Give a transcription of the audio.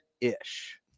Ish